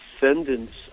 descendants